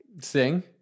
Sing